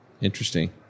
Interesting